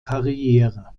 karriere